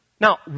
Now